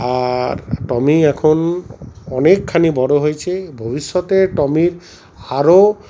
আর Tommy এখন অনেকখানি বড়ো হয়েছে ভবিষ্যতে টমির আরো